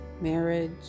marriage